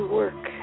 work